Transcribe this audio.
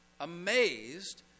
Amazed